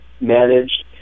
managed